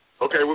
Okay